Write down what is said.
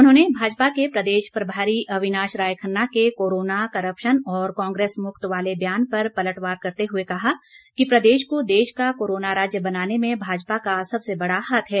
उन्होंने भाजपा के प्रदेश प्रभारी अविनाश राय खन्ना के कोरोना करप्शन और कांग्रेस मुक्त वाले बयान पर पलटवार करते हुए कहा कि प्रदेश को देश का कोरोना राज्य बनाने में भाजपा का सबसे बड़ा हाथ है